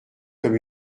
comme